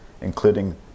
including